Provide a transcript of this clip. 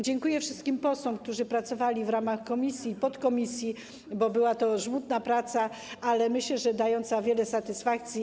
Dziękuję wszystkim posłom, którzy pracowali w ramach komisji, podkomisji; była to żmudna praca, ale myślę, że dająca wiele satysfakcji.